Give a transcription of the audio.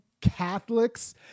Catholics